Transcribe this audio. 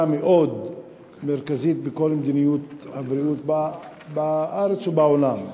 מאוד מרכזית בכל מדיניות הבריאות בארץ ובעולם,